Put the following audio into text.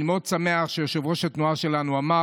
אני מאוד שמח שיושב-ראש התנועה שלנו אמר